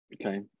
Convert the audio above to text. okay